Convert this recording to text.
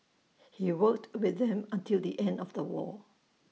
he worked with them until the end of the war